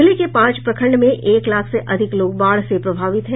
जिले के पांच प्रखंड में एक लाख से अधिक लोग बाढ़ से प्रभावित हैं